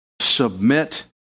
Submit